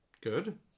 Good